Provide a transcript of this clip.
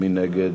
מי נגד?